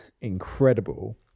incredible